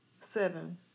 seven